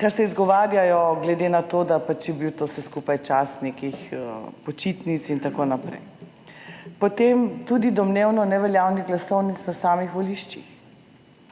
ker se izgovarjajo na to, da je pač bil to vse skupaj čas nekih počitnic in tako naprej. Potem tudi o domnevno neveljavnih glasovnicah na samih voliščih,